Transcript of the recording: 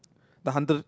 the hundred